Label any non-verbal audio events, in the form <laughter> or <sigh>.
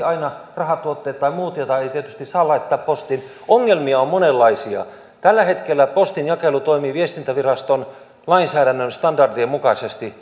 <unintelligible> aina rahatuotteet tai muut joita ei tietysti saa laittaa postiin ongelmia on monenlaisia tällä hetkellä postinjakelu toimii viestintäviraston lainsäädännön standardien mukaisesti <unintelligible>